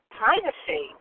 privacy